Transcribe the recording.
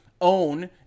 own